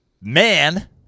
man